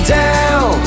down